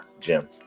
Jim